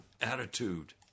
attitude